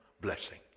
blessing